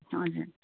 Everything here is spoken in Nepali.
हजुर